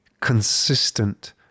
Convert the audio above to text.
consistent